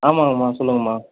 ஆமாங்கம்மா சொல்லுங்கள்ம்மா